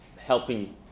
helping